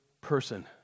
person